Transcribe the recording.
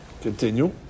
Continue